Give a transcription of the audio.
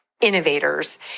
innovators